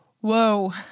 whoa